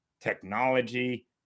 technology